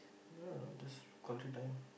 no no no this time